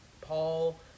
Paul